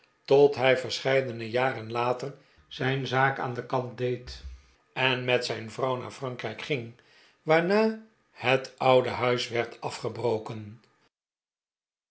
tot hij verscheidene jaren later zijn zaken aan kant deed en met zijn vrc uw naar frankrijk ging waarna het oude huis werd afgebroken